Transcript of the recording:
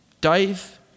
Dave